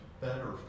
better